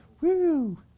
Woo